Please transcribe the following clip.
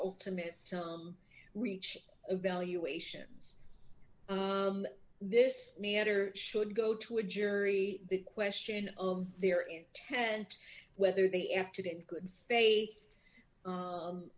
ultimate reach evaluations this meander should go to a jury the question of their intent whether they acted in good faith